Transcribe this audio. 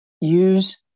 Use